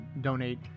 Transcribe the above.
donate